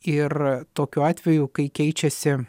ir tokiu atveju kai keičiasi